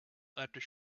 after